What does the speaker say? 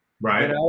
right